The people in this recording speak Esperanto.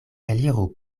eliru